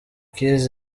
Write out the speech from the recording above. keys